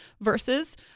versus